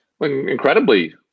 Incredibly